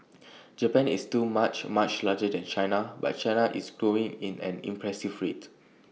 Japan is too much much larger than China but China is growing at an impressive rate